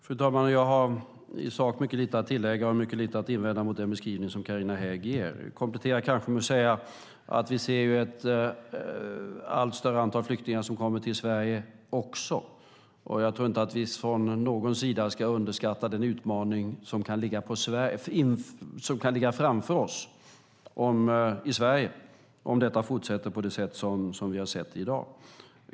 Fru talman! Jag har i sak mycket lite att tillägga och mycket lite att invända mot den beskrivning som Carina Hägg ger. Jag kan kanske komplettera med att säga att vi ser ett allt större antal flyktingar som kommer till Sverige också. Jag tror inte att vi från någon sida ska underskatta den utmaning som kan ligga framför oss i Sverige om detta fortsätter på det sätt som vi har sett i dag.